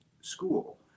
school